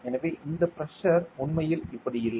எனவே இந்த பிரஷர் உண்மையில் இப்படி இல்லை